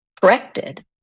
corrected